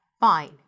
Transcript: Fine